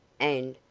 and,